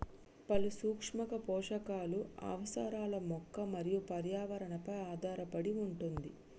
పలు సూక్ష్మ పోషకాలు అవసరాలు మొక్క మరియు పర్యావరణ పై ఆధారపడి వుంటది